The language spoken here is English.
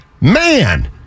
man